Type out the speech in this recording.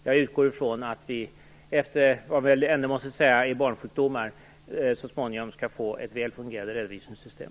Jag utgår ifrån att vi, efter vad man väl får betrakta som barnsjukdomar, så småningom skall få ett väl fungerande redovisningssystem.